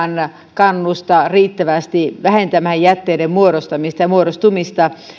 kannusta riittävästi vähentämään jätteiden muodostamista ja muodostumista